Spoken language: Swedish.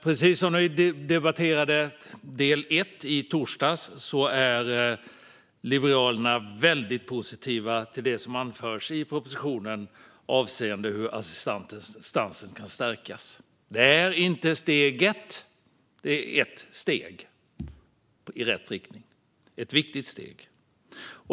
Precis som när vi debatterade del ett i torsdags är vi i Liberalerna väldigt positiva till det som anförs i propositionen avseende hur assistansen kan stärkas. Detta är inte steget utan ett steg i rätt riktning - ett viktigt steg.